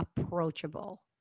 approachable